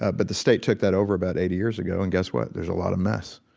ah but the state took that over about eighty years ago and guess what? there's a lot of mess.